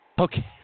Okay